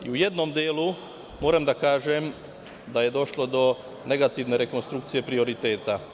U jednom delu, moram da kažem, da je došlo do negativne rekonstrukcije prioriteta.